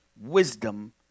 wisdom